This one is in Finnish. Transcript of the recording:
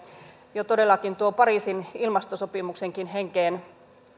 jo tuon pariisin ilmastosopimuksenkin